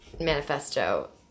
manifesto